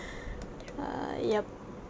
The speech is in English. err ya ya